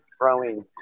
throwing